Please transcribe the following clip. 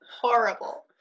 horrible